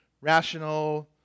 rational